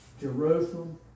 Jerusalem